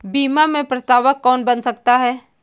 बीमा में प्रस्तावक कौन बन सकता है?